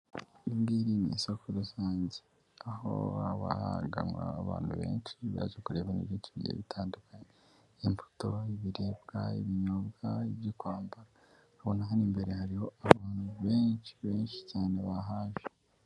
Iringiri iri ni isoko rusange, aho haba hari abantu benshi baje kureba byinshi bigiye bitandukanye; imbuto, imbwa, ibinyobwa, ibyo kwambara ndabona imbere hariho abantu benshi cyane bahaje.